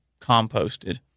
composted